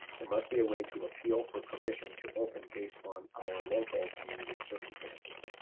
there must be a way to appeal for permission to open based on our local community circumstances.